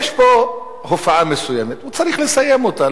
יש פה הופעה מסוימת, הוא צריך לסיים אותה.